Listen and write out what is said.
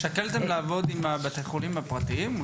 האם שקלתם לעבוד עם בתי חולים פרטיים?